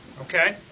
Okay